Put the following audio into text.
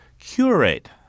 curate